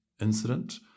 incident